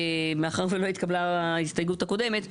מאחר ולא התקבלה ההסתייגות הקודמת,